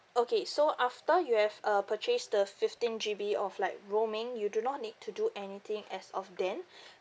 okay so after you have uh purchase the fifteen G_B of like roaming you do not need to do anything as of then